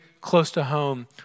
close-to-home